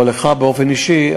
או לך באופן אישי,